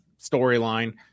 storyline